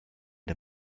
der